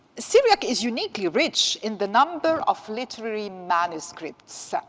syriac is uniquely rich in the number of literary manuscripts,